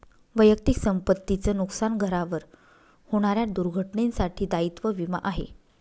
वैयक्तिक संपत्ती च नुकसान, घरावर होणाऱ्या दुर्घटनेंसाठी दायित्व विमा आहे